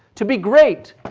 to be great